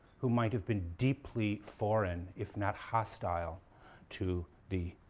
who might have been deeply foreign, if not hostile to the